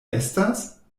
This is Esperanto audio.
estas